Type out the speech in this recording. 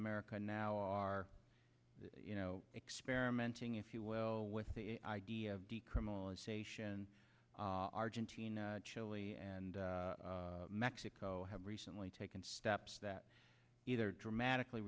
america now are you know experimenting if you will with the idea of decriminalization argentina chile and mexico have recently taken steps that either dramatically